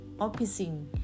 opposing